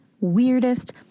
weirdest